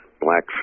black